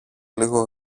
λίγο